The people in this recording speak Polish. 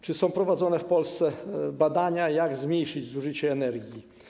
Czy są prowadzone w Polsce badania, jak zmniejszyć zużycie energii?